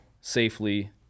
safely